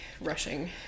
rushing